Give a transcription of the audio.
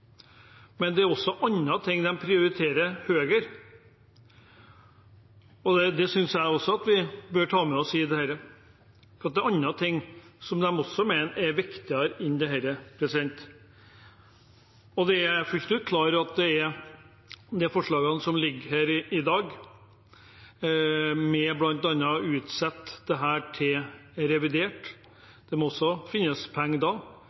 er andre ting de prioriterer høyere. Det synes jeg at vi bør ta med oss i dette, at det er andre ting som de mener er viktigere enn dette. Jeg er fullt ut klar over at når det gjelder de forslagene som foreligger i dag, bl.a. om å utsette dette til revidert – det må også finnes penger